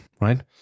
right